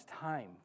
time